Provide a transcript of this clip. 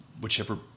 whichever